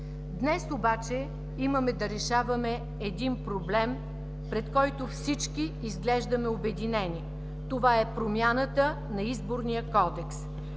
Днес обаче имаме да решаваме един проблем, пред който всички изглеждаме обединени. Това е промяната на Изборния кодекс.